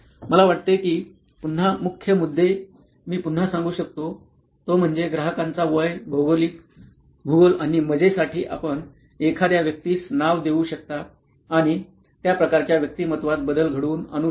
मला वाटते की पुन्हा मुख्य मुद्दे मी पुन्हा सांगू शकतो तो म्हणजे ग्राहकांचा वय भौगोलिक भूगोल आणि मजेसाठी आपण एखाद्या व्यक्तीस नाव देऊ शकता आणि त्या प्रकारच्या व्यक्तिमत्त्वात बदल घडवून आणू शकता